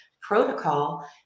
protocol